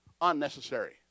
unnecessary